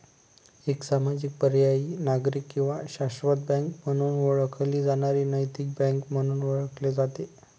एक सामाजिक पर्यायी नागरिक किंवा शाश्वत बँक म्हणून ओळखली जाणारी नैतिक बँक म्हणून ओळखले जाते